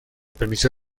permitió